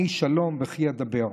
"אני שלום וכי אדבר".